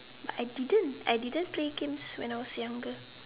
but I didn't I didn't play games when I was younger